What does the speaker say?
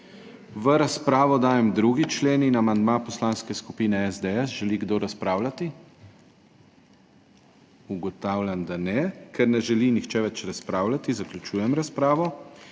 V razpravo dajem 2. člen in amandma Poslanske skupine SDS. Želi kdo razpravljati? Ugotavljam, da ne. Ker ne želi nihče več razpravljati, zaključujem razpravo.